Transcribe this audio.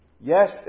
Yes